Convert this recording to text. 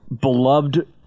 Beloved